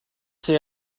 say